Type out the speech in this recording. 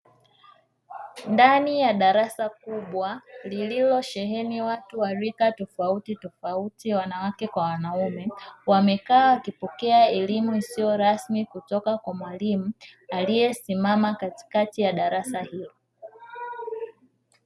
Ndani ya darasa kubwa, lililosheheni watu wa rika tofautitofauti, wanawake kwa wanaume, wamekaa wakipokea elimu isiyo rasmi kutoka kwa mwalimu aliyesimama katikati ya darasa hilo.